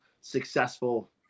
successful